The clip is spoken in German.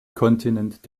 kontinent